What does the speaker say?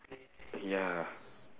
ya